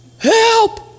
Help